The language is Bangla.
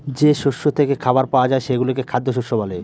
যে শস্য থেকে খাবার পাওয়া যায় সেগুলোকে খ্যাদ্যশস্য বলে